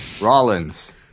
Rollins